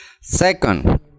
Second